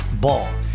Ball